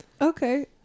Okay